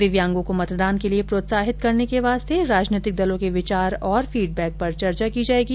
दिव्यांगों को मतदान के लिए प्रोत्साहित करने के वास्ते राजनीतिक दर्लो के विचार और फीडबैक पर चर्चा की जाएगी